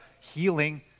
healing